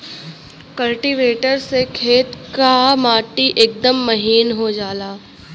cultivator से खेत क माटी एकदम महीन हो जाला